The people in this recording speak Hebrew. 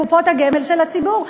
קופות הגמל של הציבור,